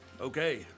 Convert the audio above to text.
Okay